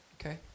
Okay